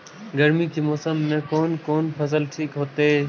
गर्मी के मौसम में कोन कोन फसल ठीक होते?